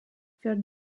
wir